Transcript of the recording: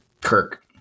Kirk